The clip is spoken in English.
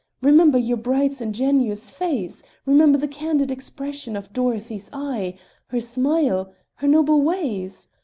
remember your bride's ingenuous face! remember the candid expression of dorothy's eye her smile her noble ways!